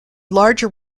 larger